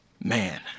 Man